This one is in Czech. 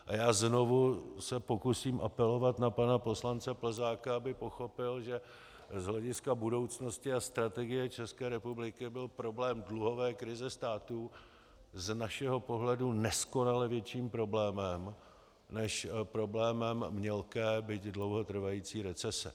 A já se znovu pokusím apelovat na pana poslance Plzáka, aby pochopil, že z hlediska budoucnosti a strategie České republiky byl problém dluhové krize státu z našeho pohledu neskonale větším problémem než problémem mělké, byť dlouho trvající recese.